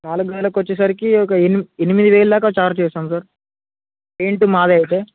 నాలుగు గదులకొచ్చేసరికి ఒక ఎని ఎనిమిది వేలు దాకా చార్జ్ చేస్తాం సార్ పెయింటు మాదే అయితే